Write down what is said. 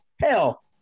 hell